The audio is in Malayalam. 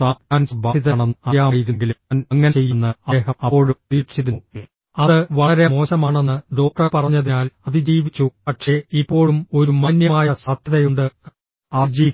താൻ ക്യാൻസർ ബാധിതനാണെന്ന് അറിയാമായിരുന്നെങ്കിലും താൻ അങ്ങനെ ചെയ്യുമെന്ന് അദ്ദേഹം അപ്പോഴും പ്രതീക്ഷിച്ചിരുന്നു അത് വളരെ മോശമാണെന്ന് ഡോക്ടർ പറഞ്ഞതിനാൽ അതിജീവിച്ചു പക്ഷേ ഇപ്പോഴും ഒരു മാന്യമായ സാധ്യതയുണ്ട് അതിജീവിക്കുക